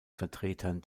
vertretern